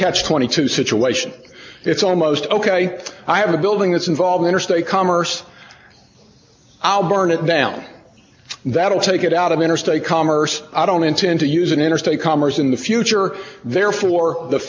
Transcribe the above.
catch twenty two situation it's almost ok i have a building that's involved interstate commerce i'll burn it down that'll take it out of interstate commerce i don't intend to use an interstate commerce in the future therefore the